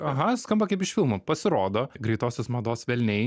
aha skamba kaip iš filmų pasirodo greitosios mados velniai